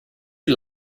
you